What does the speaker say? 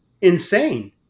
insane